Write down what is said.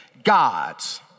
God's